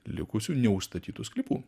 likusių neužstatytų sklypų